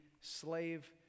slave